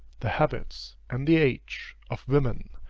the habits, and the age, of women,